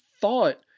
thought